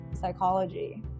psychology